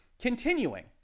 Continuing